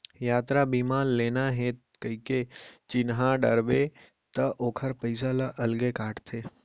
यातरा बीमा लेना हे कइके चिन्हा डारबे त ओकर पइसा ल अलगे काटथे